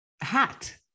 hat